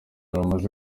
rumaze